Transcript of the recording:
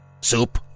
Soup